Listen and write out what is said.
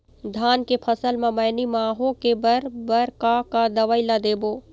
धान के फसल म मैनी माहो के बर बर का का दवई ला देबो?